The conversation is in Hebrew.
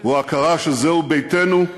זו ההכרה שזהו ביתנו,